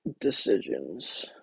decisions